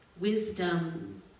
wisdom